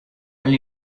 only